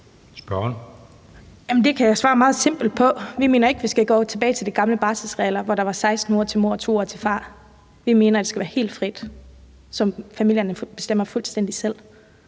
Det kan jeg svare meget simpelt på. Vi mener ikke, vi skal gå tilbage til de gamle barselsregler, hvor der var 16 uger til mor og 2 uger til far. Vi mener, at det skal være helt frit, så familierne bestemmer det fuldstændig selv.